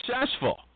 successful